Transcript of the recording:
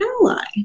ally